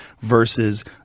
versus